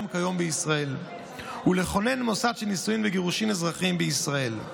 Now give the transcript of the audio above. כיום בישראל ולכונן מוסד של נישואין וגירושין אזרחיים בישראל.